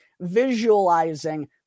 visualizing